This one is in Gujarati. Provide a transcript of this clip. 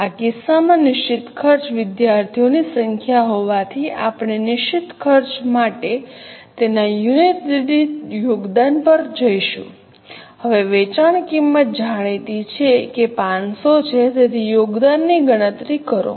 આ કિસ્સામાં નિશ્ચિત ખર્ચ વિદ્યાર્થીઓની સંખ્યા હોવાથીઆપણે નિશ્ચિત ખર્ચ માટે તેના યુનિટ દીઠ યોગદાન પર જઈશું હવે વેચાણ કિંમત જાણીતી છે કે 500 છે તેથી યોગદાનની ગણતરી કરો